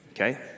okay